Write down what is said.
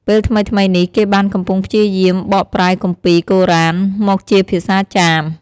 ពេលថ្មីៗនេះ គេបានកំពុងព្យាយាមបកប្រែគម្ពីរកូរ៉ានមកជាភាសាចាម។